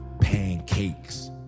pancakes